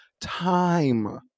time